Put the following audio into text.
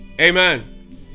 amen